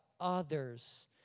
others